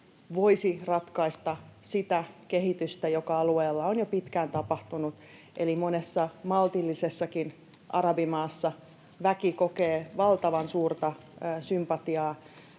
voisi ratkaista sitä kehitystä, joka alueella on jo pitkään tapahtunut. Eli monessa maltillisessakin arabimaassa väki kokee valtavan suurta sympatiaa